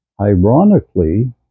ironically